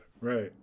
Right